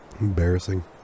Embarrassing